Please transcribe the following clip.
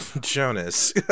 Jonas